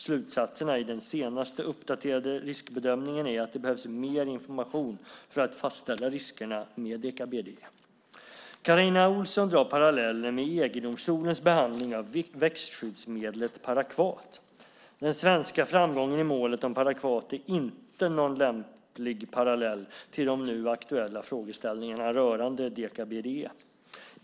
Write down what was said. Slutsatserna i den senast uppdaterade riskbedömningen är att det behövs mer information för att fastställa riskerna med deka-BDE. Carina Ohlsson drar paralleller med EG-domstolens behandling av växtskyddsmedlet parakvat. Den svenska framgången i målet om parakvat är inte någon lämplig parallell till de nu aktuella frågeställningarna rörande deka-BDE.